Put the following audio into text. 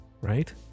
right